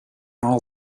all